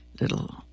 little